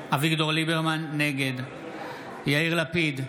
נגד יאיר לפיד,